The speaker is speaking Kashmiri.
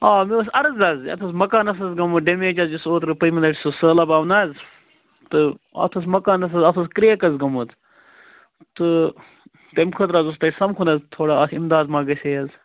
آ مےٚ اوس عرض حظ یَتھ اوس مَکانَس حظ گوٚمُت ڈٮ۪میج حظ یُس اوترٕ پٔتۍمہِ لٹہِ سُہ سہلاب آو نہٕ حظ تہٕ اَتھ اوس مَکانَس حظ اَتھ اوس کرٛیک حظ گوٚمُت تہٕ تَمہِ خٲطرٕ حظ اوس تۄہہِ سَمکھُن حظ تھوڑا اَتھ اِمداد ما گژھِ ہے حظ